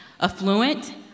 Affluent